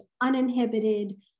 uninhibited